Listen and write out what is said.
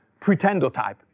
pretendotype